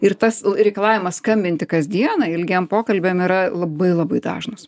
ir tas reikalavimas skambinti kasdieną ilgiem pokalbiam yra labai labai dažnas